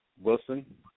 Wilson